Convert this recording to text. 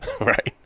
Right